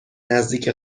نزدیک